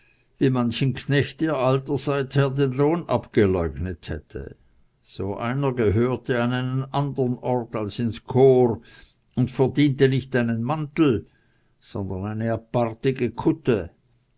wie manchem knecht ihr alter seither den lohn abgeleugnet hätte so einer gehörte an einen andern ort als ins chor und verdiente nicht einen mantel sondern eine apartige kutte